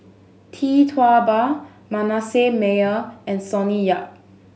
Tee Tua Ba Manasseh Meyer and Sonny Yap